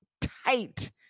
tight